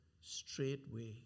straightway